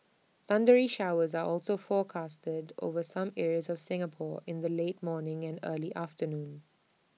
thundery showers are also forecast IT over some areas of Singapore in the late morning and early afternoon